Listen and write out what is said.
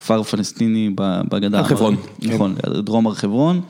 כפר פלסטיני בגדה, הר חברון, נכון, דרום הר חברון.